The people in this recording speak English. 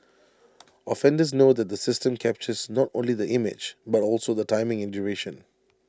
offenders know that the system captures not only the image but also the timing and duration